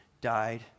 died